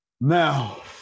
Now